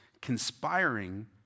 conspiring